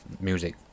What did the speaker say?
music